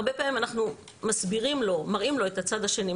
הרבה פעמים אנחנו מראים לו את הצד השני,